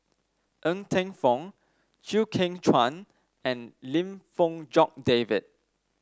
Ng Teng Fong Chew Kheng Chuan and Lim Fong Jock David